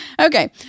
Okay